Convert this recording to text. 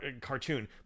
cartoon